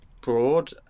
broad